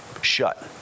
shut